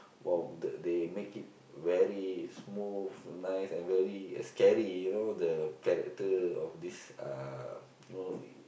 !wow! the they make it very smooth nice and very scary you know the character of this uh know